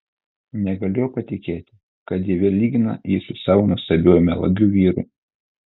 negalėjo patikėti kad ji vėl lygina jį su savo nuostabiuoju melagiu vyru